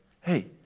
Hey